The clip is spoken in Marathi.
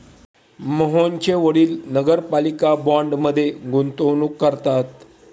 मोहनचे वडील नगरपालिका बाँडमध्ये गुंतवणूक करतात